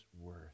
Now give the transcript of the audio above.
worth